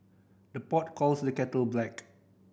the pot calls the kettle black